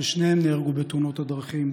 ששניהם נהרגו בתאונות דרכים,